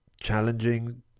challenging